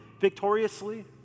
victoriously